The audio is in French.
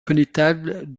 connétable